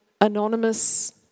anonymous